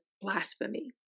blasphemy